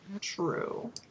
True